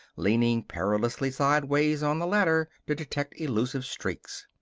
leaning perilously sideways on the ladder to detect elusive streaks.